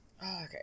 okay